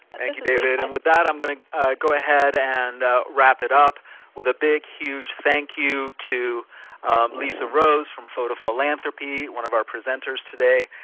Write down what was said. thank you david, and with that i'm going to go ahead and wrap it up with a big huge thank you to lisa rose from photophilanthropy, one of our presenters today.